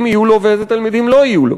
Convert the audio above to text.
יהיו לו ואיזה תלמידים לא יהיו לו.